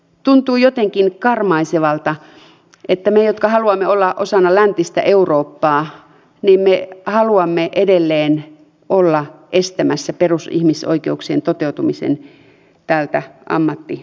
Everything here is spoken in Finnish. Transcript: tuntuu jotenkin karmaisevalta että me jotka haluamme olla osana läntistä eurooppaa haluamme edelleen olla estämässä perusihmisoikeuksien toteutumisen tältä ammattiryhmältä